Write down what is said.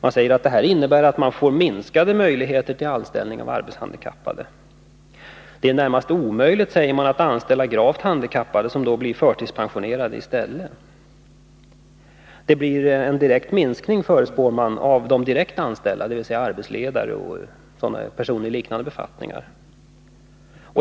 Det Nr 80 innebär, sade man, att det blir minskade möjligheter att anställa arbetshan Måndagen den dikappade och närmast omöjligt att anställa gravt handikappade. De blir dåi 15 februari 1982 stället förtidspensionerade. Det blir, förutspår man, en omedelbar minskning av de direkt anställda, dvs. arbetsledare och personer i liknande befattningar.